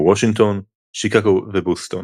כמו וושינגטון, שיקגו ובוסטון,